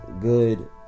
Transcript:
good